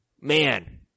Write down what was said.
Man